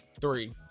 three